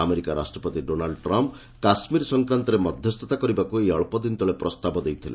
America ରାଷ୍ଟ୍ରପତି Donald Trump Kashmir ସଂକ୍ରାନ୍ତରେ ମଧ୍ୟସ୍ଥତା କରିବାକୁ ଏଇ ଅକ୍ଷଦିନ ତଳେ ପ୍ରସ୍ତାବ ଦେଇଥିଲେ